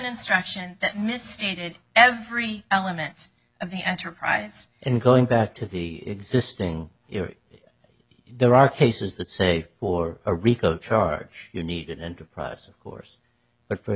instruction that misstated every element of the enterprise and going back to the existing if there are cases that say or a rico charge you need an enterprise of course but for a